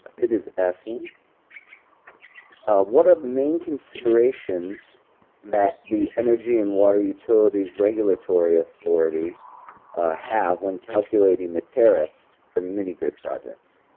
it is asking what are the main considerations that the energy and water utilities regulatory authority have on calculating the tariffs for mini grid projects?